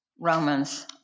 Romans